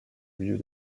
lieux